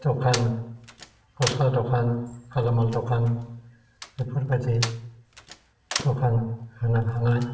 दखान गस्ला दखान गालामाल दखान बेफोरबायदि दखान होनो हानाय